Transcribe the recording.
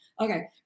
Okay